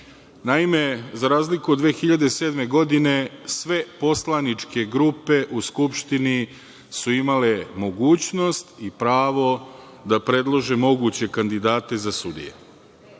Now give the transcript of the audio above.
za razliku od 2007. godine, sve poslaničke grupe u Skupštini su imale mogućnost i pravo da predlože moguće kandidate za sudije.